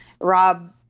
Rob